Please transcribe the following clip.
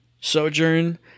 Sojourn